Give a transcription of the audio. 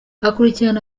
akurikirana